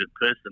person